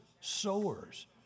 sowers